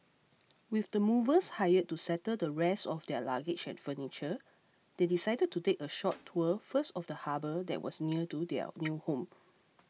with the movers hired to settle the rest of their luggage and furniture they decided to take a short tour first of the harbour that was near to their new home